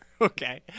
Okay